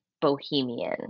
bohemian